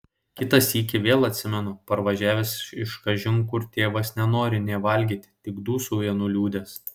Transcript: kitą sykį vėl atsimenu parvažiavęs iš kažin kur tėvas nenori nė valgyti tik dūsauja nuliūdęs